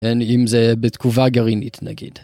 אין אם זה בתגובה גרעינית נגיד.